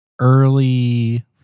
early